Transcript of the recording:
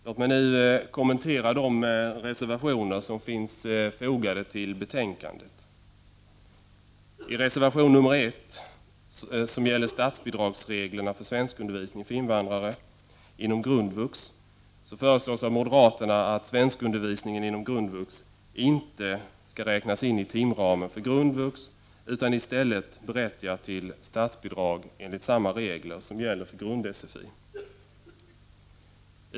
Låt mig nu kommentera de reservationer som finns fogade till betänkandet. I reservation 1, som gäller statsbidragsreglerna för svenskundervisning för invandrare inom grundvux, föreslås av moderaterna att svenskundervisningen inom grundvux inte skall räknas in i timramen för grundvux, utan i stället berättiga till statsbidrag enligt samma regler som gäller för grund-sfi.